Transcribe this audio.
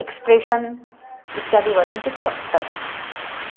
expression इत्यादि वदन्ति खलु तत्